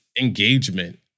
engagement